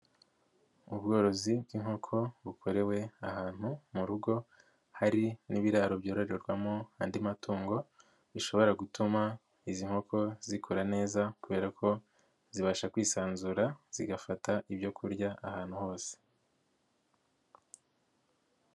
Ubworozi bw'inkoko bukorewe ahantu mu rugo hari n'ibiraro byororerwamo andi matungo bishobora gutuma izi nkoko zikura neza kubera ko zibasha kwisanzura zigafata ibyo kurya ahantu hose.